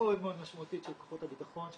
מאוד מאוד משמעותית של כוחות הביטחון,